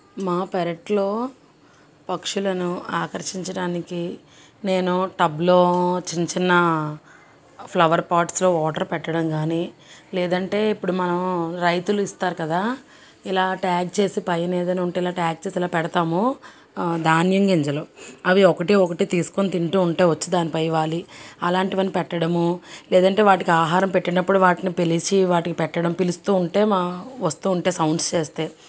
మా పెరట్లో పక్షులను ఆకర్షించడానికి నేను టబ్లో చిన్న చిన్న ఫ్లవర్ పార్ట్స్లో వాటర్ పెట్టడం కానీ లేదంటే ఇప్పుడు మనం రైతులు ఇస్తారు కదా ఇలా ట్యాగ్ చేసి పైన ఏదన్న ఉంటే ఇలా ట్యాగ్ చేసి ఇలా పెడతాము ధాన్యం గింజలు అవి ఒకటి ఒకటి తీసుకొని తింటు ఉంటే వచ్చి దానిపై వాలి అలాంటివి అన్నీపెట్టడము లేదంటే వాటికి ఆహారం పెట్టినప్పుడు వాటిని పిలిచి వాటికి పెట్టడం పిలుస్తు ఉంటే మా వస్తు ఉంటే సౌండ్ చేస్తాయి